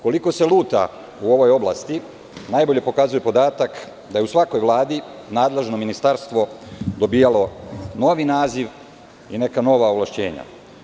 Koliko se luta u ovoj oblasti, najbolje pokazuje podatak da je u svakoj vladi nadležno ministarstvo dobijalo novi naziv i neka nova ovlašćenja.